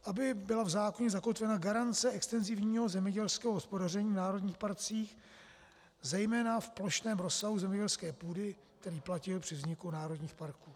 Aby byla v zákoně zakotvena garance extenzivního zemědělského hospodaření v národních parcích, zejména v plošném rozsahu zemědělské půdy, který platil při vzniku národních parků.